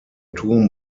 turm